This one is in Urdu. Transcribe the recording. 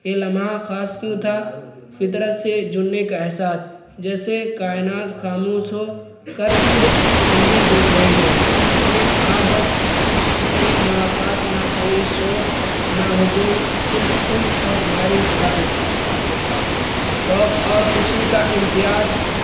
یہ لمح خاص کیوں تھا فطر سے جننے کا احساس جیسے کائنات خاموش ہو کر صرف تمہیں دیکھ رہی ہو اپنے آپس سے ملاقات نہ کوئی شور نہ ہجوم صرف تم اور تمہاری سانسیں خوف اور خوشی کا امتزاج